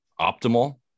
optimal